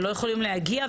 שלא יכולים להגיע.